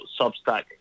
Substack